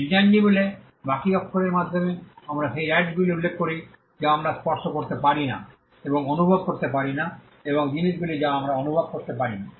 ইন্ট্যাঞ্জিবলে বাকী অক্ষরের মাধ্যমে আমরা সেই রাইটসগুলি উল্লেখ করি যা আমরা স্পর্শ করতে পারি না এবং অনুভব করতে পারি না এমন জিনিসগুলি যা আমরা অনুভব করতে পারি না